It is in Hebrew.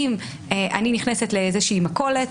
אם אני נכנסת לאיזה מכולת,